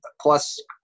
plus